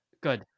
Good